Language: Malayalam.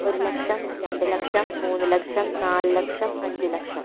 ഒരു ലക്ഷം രണ്ട് ലക്ഷം മൂന്ന് ലക്ഷം നാല് ലക്ഷം അഞ്ച് ലക്ഷം